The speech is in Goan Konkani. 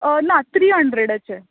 अं ना थ्री हंड्रेडाचें